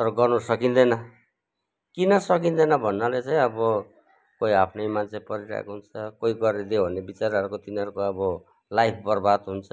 तर गर्नु सकिँदैन किन सकिँदैन भन्नाले चाहिँ अब कोही आफ्नै मान्छे परिरहेको हुन्छ कोही गरिदियो भने बिचराहरूको तिनीहरूको अब लाइफ बर्बाद हुन्छ